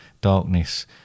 darkness